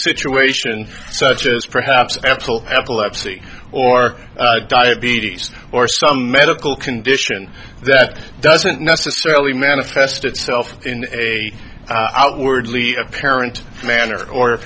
situation such as perhaps actual epilepsy or diabetes or some medical condition that doesn't necessarily manifest itself in a outwardly apparent manner or